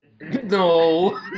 No